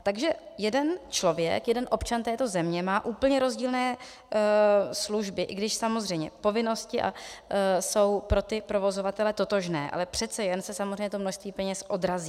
Takže jeden člověk, jeden občan této země má úplně rozdílné služby, i když samozřejmě povinnosti jsou pro provozovatele totožné, ale přece jen se samozřejmě to množství peněz odrazí.